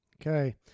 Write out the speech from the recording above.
Okay